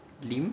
limp